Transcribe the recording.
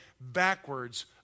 backwards